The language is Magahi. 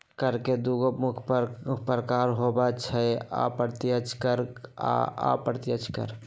कर के दुगो मुख्य प्रकार होइ छै अप्रत्यक्ष कर आ अप्रत्यक्ष कर